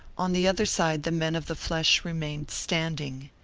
on the other side the men of the flesh remained standing,